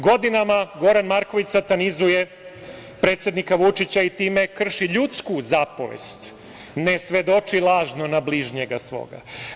Godinama Goran Marković satanizuje predsednika Vučića i time krši ljudsku zapovest – ne svedoči lažno na bližnjega svoga.